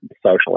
social